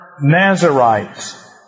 Nazarites